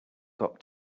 got